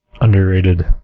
underrated